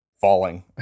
falling